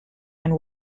and